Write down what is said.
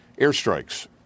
airstrikes